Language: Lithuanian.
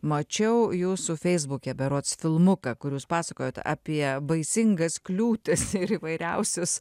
mačiau jūsų feisbuke berods filmuką kur jūs pasakojot apie baisingas kliūtis ir įvairiausius